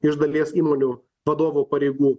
iš dalies įmonių vadovo pareigų